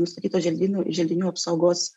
nustatytos želdynų želdinių apsaugos